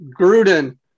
Gruden